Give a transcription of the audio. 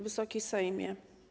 Wysoki Sejmie!